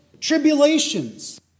tribulations